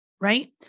Right